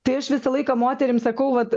tai aš visą laiką moterim sakau vat